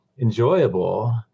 enjoyable